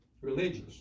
Religious